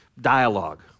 dialogue